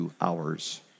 hours